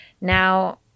Now